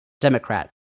Democrat